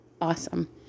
Awesome